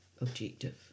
objective